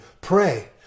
pray